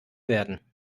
werden